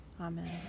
Amen